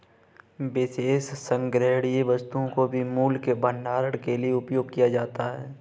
विशेष संग्रहणीय वस्तुओं को भी मूल्य के भंडारण के लिए उपयोग किया जाता है